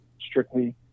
strictly